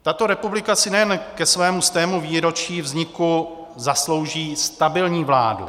Tato republika si nejen ke svému stému výročí vzniku zaslouží stabilní vládu.